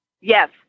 Yes